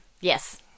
yes